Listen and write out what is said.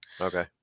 Okay